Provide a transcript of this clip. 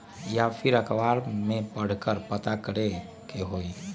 या फिर अखबार में पढ़कर के पता करे के होई?